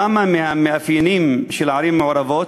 כמה מהמאפיינים של הערים המעורבות: